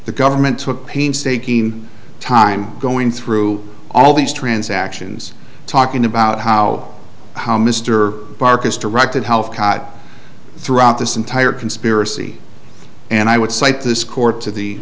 the government took painstaking time going through all these transactions talking about how how mr barch is directed health caught throughout this entire conspiracy and i would cite this court to